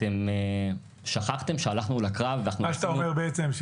אתם שכחתם שהלכנו לקרב ואנחנו צריכים --- מה שאתה אומר בעצם הוא